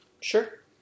Sure